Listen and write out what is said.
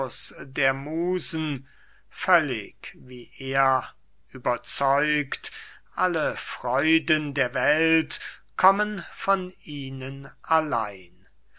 der musen völlig wie er überzeugt alle freuden der welt kommen von ihnen allein